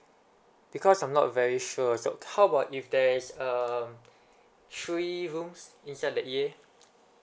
because I'm not very sure so how about if there is um three rooms inside the E_A